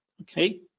okay